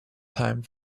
time